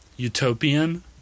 Utopian